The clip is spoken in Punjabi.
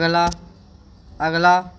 ਅਗਲਾ ਅਗਲਾ